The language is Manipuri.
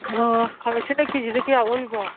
ꯑꯣ ꯈꯥꯃꯦꯟ ꯑꯁꯤꯟꯕꯅ ꯀꯦꯖꯤꯗ ꯀꯌꯥ ꯑꯣꯜꯂꯤꯕ